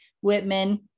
Whitman